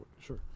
sure